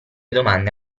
domande